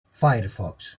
firefox